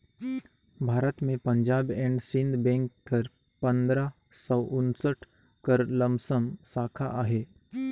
भारत में Punjab and Sind bank कर पंदरा सव उन्सठ कर लमसम साखा अहे